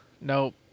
Nope